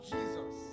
Jesus